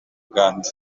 uganda